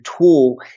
tool